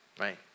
Right